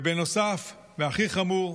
בנוסף, והכי חמור,